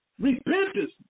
Repentance